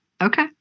okay